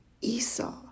Esau